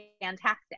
fantastic